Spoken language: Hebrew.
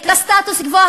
לסטטוס-קוו,